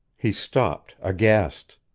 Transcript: he stopped, aghast.